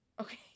Okay